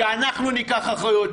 שאנחנו ניקח אחריות,